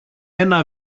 ένα